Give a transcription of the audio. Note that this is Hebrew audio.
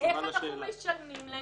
איך אנחנו משלמים לכם?